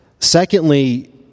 Secondly